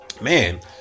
man